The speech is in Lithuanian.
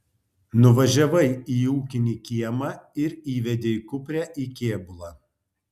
nuvažiavai į ūkinį kiemą ir įvedei kuprę į kėbulą